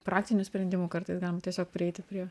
praktinių sprendimų kartais galim tiesiog prieiti prie